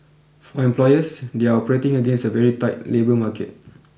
for employers they are operating against a very tight labour market